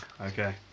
Okay